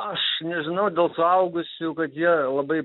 aš nežinau dėl suaugusių kad jie labai